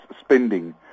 spending